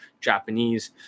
Japanese